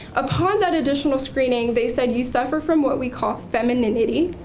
upon that additional screening, they said you suffer from what we call femininity.